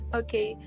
okay